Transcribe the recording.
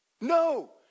No